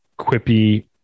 quippy